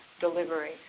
delivery